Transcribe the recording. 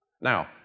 Now